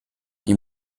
die